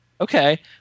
Okay